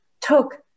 took